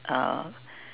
uh